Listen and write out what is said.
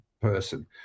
person